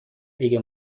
دیگه